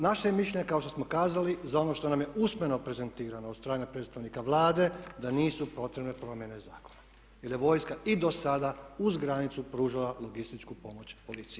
Naše je mišljenje kao što smo kazali za ono što nam je usmeno prezentirano od strane predstavnika Vlade da nisu potrebne promjene zakona jer je vojska i do sada uz granicu pružala logističku pomoć policiji.